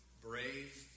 brave